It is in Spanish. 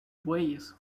bueyes